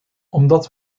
omdat